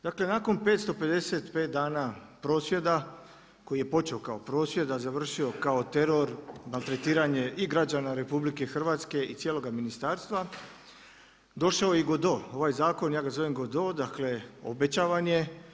Dakle, nakon 555 dana prosvjeda, koji je počeo kao prosvjed, a završio kao teror, maltretiranje i građana RH i cijeloga ministarstva, došao je i GODO, ovaj zakon ja ga zovem GODO, dakle obećavan je.